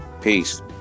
peace